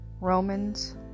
Romans